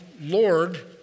Lord